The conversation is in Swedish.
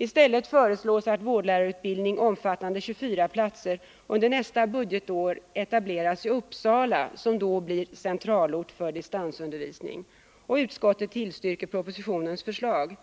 I stället föreslås att vårdlärarutbildning omfattande 24 platser under nästa budgetår etableras i Uppsala, som då blir centralort för distansundervisning. Utskottet tillstyrker propositionens förslag.